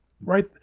right